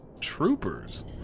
Troopers